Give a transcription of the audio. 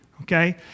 okay